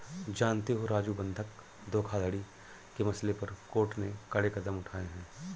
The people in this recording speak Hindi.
जानते हो राजू बंधक धोखाधड़ी के मसले पर कोर्ट ने कड़े कदम उठाए हैं